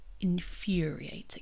infuriating